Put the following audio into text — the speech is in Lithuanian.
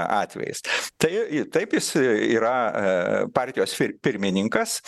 atvejis tai taip jis yra partijos pirmininkas